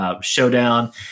showdown